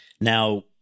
Now